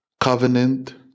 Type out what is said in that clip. covenant